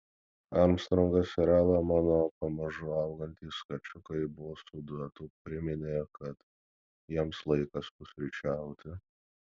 armstrongas ir ela mano pamažu augantys kačiukai bosų duetu priminė kad jiems laikas pusryčiauti